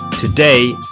Today